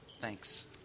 Thanks